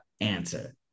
answer